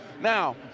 now